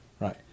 Right